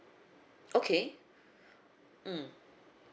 okay mm